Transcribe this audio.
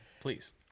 please